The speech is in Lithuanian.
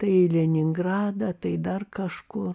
tai į leningradą tai dar kažkur